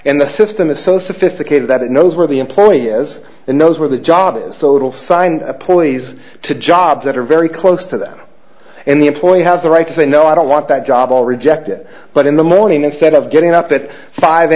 and the system is so sophisticated that it knows where the employee is and knows where the job is so little sign please to jobs that are very close to them and the employee has the right to say no i don't want that job will reject it but in the morning instead of getting up at five